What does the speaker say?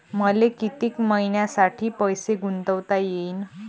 मले कितीक मईन्यासाठी पैसे गुंतवता येईन?